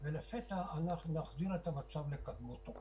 זה להסיט את כל מרכז הכובד לקבלת הלוואות.